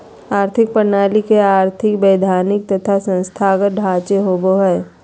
आर्थिक प्रणाली के अर्थ वैधानिक तथा संस्थागत ढांचे होवो हइ